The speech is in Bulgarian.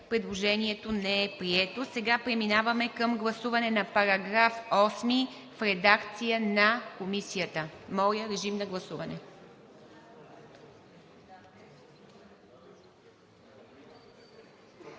Предложението не е прието. Преминаваме към гласуване на § 7 в редакция на Комисията. Моля, режим на гласуване.